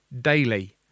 daily